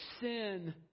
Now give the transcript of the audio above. sin